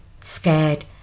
scared